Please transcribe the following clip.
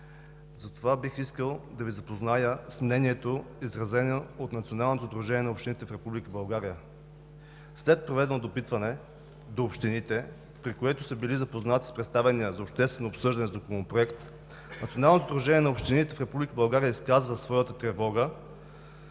страни. Бих искал да Ви запозная с мнението, изразено от Националното сдружение на общините в Република България. След проведено допитване до общините, при което са били запознати с представения за обществено обсъждане Законопроект, Националното сдружение на общините в Република България изказа своята тревога